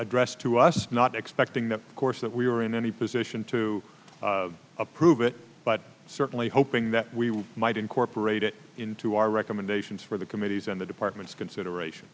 addressed to us not expecting the course that we are in any position to approve it but certainly hoping that we might incorporate it into our recommendations for the committees and the department's consideration